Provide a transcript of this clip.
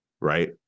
right